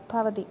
भवति